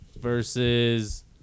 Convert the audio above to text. versus